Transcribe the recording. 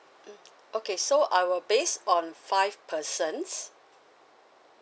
um okay so I will base on five persons